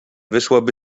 wyszłoby